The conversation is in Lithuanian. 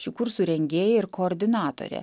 šių kursų rengėja ir koordinatorė